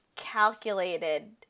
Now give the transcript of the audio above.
Calculated